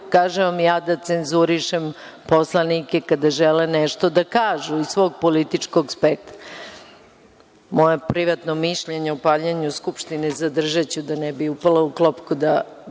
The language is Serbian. da ne mogu ja da cenzurišem poslanike kada žele nešto da kažu iz svog političkog spektra. Moje privatno mišljenje o paljenju Skupštine zadržaću, da ne bih upala u klopku, da